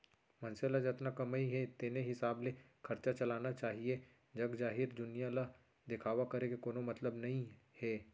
मनसे ल जतना कमई हे तेने हिसाब ले खरचा चलाना चाहीए जग जाहिर दुनिया ल दिखावा करे के कोनो मतलब नइ हे